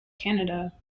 canada